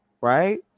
right